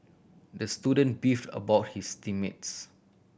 the student beefed about his team mates